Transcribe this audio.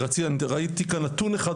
וראיתי כאן נתון אחד,